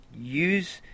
Use